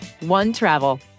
OneTravel